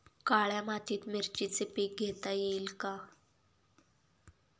काळ्या मातीत मिरचीचे पीक घेता येईल का?